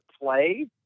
play